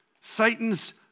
Satan's